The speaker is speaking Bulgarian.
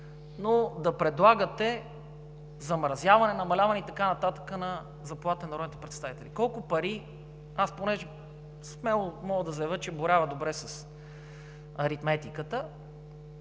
но да предлагате замразяване, намаляване и така нататък на заплатите на народните представители. Колко пари, аз понеже смело мога да заявя, че боравя добре с аритметиката,